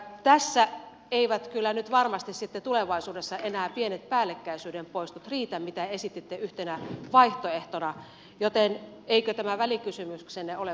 tässä eivät kyllä nyt varmasti sitten tulevaisuudessa enää riitä pienet päällekkäisyyden poistot mitä esititte yhtenä vaihtoehtona joten eikö tämä välikysymyksenne ole vähän hurskastelua